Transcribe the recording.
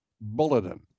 Bulletin